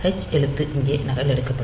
h எழுத்து இங்கே நகலெடுக்கப்படும்